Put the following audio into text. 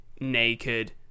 naked